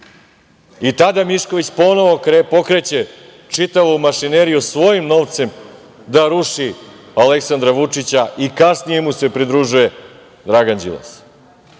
Tada Mišković ponovo pokrene čitavu mašineriju, svojim novcem, da ruši Aleksandra Vučić i kasnije mu se pridružuje Dragan Đilas.